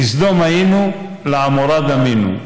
כסדום היינו, לעמורה דמינו.